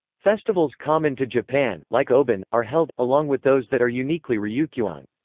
festivals common to japan, like obon, are held, along with those that are uniquely ryukyuan.